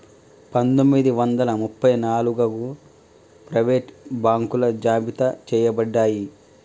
పందొమ్మిది వందల ముప్ప నాలుగగు ప్రైవేట్ బాంకులు జాబితా చెయ్యబడ్డాయి